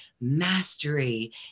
mastery